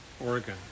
Oregon